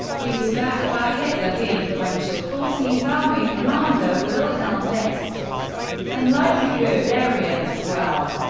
he was backed by hitler, the influential fourteenth army commander wilhelm list and likely guderian as well.